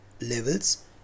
levels